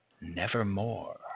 nevermore